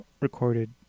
recorded